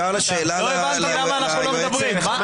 בשעה 10:58 אנחנו נתכנס להנמקת רביזיה ולהצבעה.